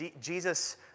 Jesus